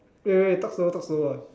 eh wait wait wait talk slower talk slower